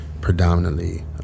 predominantly